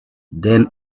than